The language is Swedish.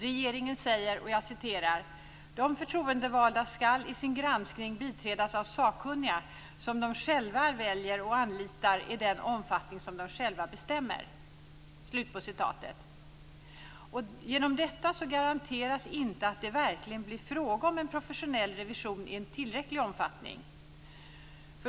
Regeringen säger: "De förtroendevalda skall i sin granskning biträdas av sakkunniga som de själva väljer och anlitar i den omfattning som de själva bestämmer." Men i detta garanteras inte att det verkligen blir fråga om professionell revision i tillräcklig omfattning.